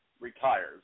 retires